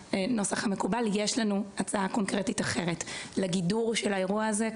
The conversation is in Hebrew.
יהיה הנוסח המקובל יש לנו הצעה קונקרטית אחרת לגידור של האירוע הזה.